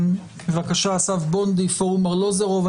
בבקשה אסף בונדי, פורום ארלוזורוב.